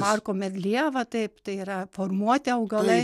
parko medlieva taip tai yra formuoti augalai